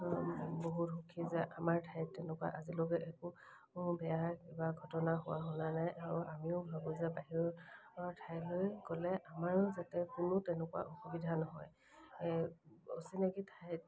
বহুত সুখী যে আমাৰ ঠাইত তেনেকুৱা আজিলৈকে একো বেয়া কিবা ঘটনা হোৱা শুনা নাই আৰু আমিও ভাবোঁ যে বাহিৰৰ ঠাইলৈ গ'লে আমাৰো যাতে কোনো তেনেকুৱা অসুবিধা নহয় অচিনাকি ঠাইত